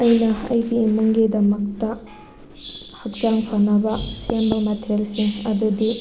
ꯑꯩꯅ ꯑꯩꯒꯤ ꯏꯀꯨꯡꯒꯤꯗꯃꯛꯇ ꯍꯛꯆꯥꯡ ꯐꯅꯕ ꯁꯦꯝꯕ ꯃꯊꯦꯜꯁꯤꯡ ꯑꯗꯨꯗꯤ